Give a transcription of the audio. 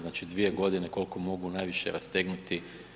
Znači 2 godine koliko mogu najviše rastegnuti.